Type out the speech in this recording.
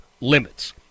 limits